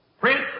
Prince